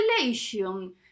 relation